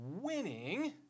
winning